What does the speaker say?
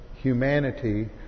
humanity